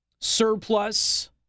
surplus